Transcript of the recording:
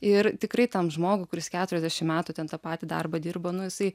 ir tikrai tam žmogui kuris keturiasdešim metų ten tą patį darbą dirba nu jisai